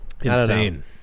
insane